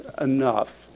enough